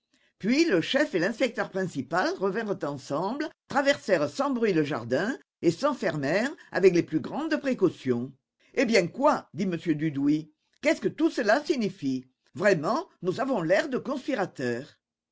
puis le chef et l'inspecteur principal revinrent ensemble traversèrent sans bruit le jardin et s'enfermèrent avec les plus grandes précautions eh bien quoi dit m dudouis qu'est-ce que tout cela signifie vraiment nous avons l'air de